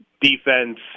defense